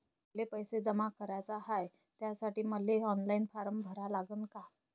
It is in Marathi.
मले पैसे जमा कराच हाय, त्यासाठी मले ऑनलाईन फारम भरा लागन का?